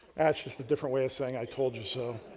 that's just a different way of saying i told you so.